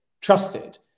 trusted